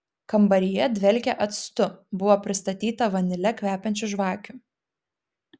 kambaryje dvelkė actu buvo pristatyta vanile kvepiančių žvakių